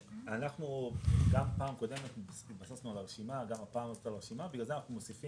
בעבר, הגדרנו גם את שכר העבודה היומי כמו בהוראת